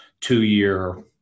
two-year